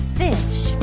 fish